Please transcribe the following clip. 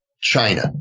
China